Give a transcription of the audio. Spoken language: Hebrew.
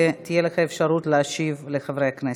ותהיה לך אפשרות להשיב לחברי הכנסת.